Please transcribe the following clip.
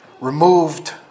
Removed